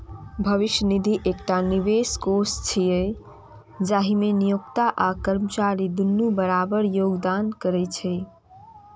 भविष्य निधि एकटा निवेश कोष छियै, जाहि मे नियोक्ता आ कर्मचारी दुनू बराबर योगदान करै छै